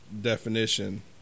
Definition